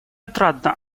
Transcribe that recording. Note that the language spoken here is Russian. отрадно